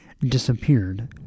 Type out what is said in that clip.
disappeared